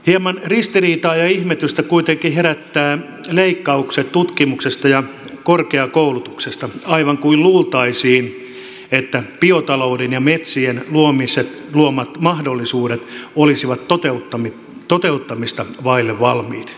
hieman ristiriitaa ja ihmetystä kuitenkin herättävät leikkaukset tutkimuksesta ja korkeakoulutuksesta aivan kuin luultaisiin että biotalouden ja metsien luomat mahdollisuudet ovat toteuttamista vaille valmiit